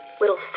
Little